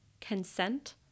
consent